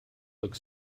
look